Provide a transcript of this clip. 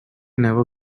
never